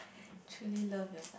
truly love your